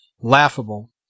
laughable